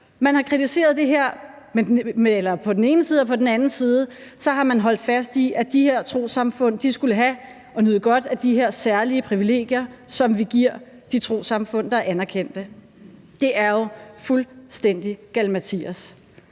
Man har kritiseret det her på den ene side, og på den anden side har man holdt fast i, at de her trossamfund skulle have og nyde godt af de her særlige privilegier, som vi giver de trossamfund, der anerkendte. Det er jo fuldstændig galimatias.